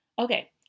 Okay